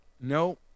No